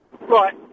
Right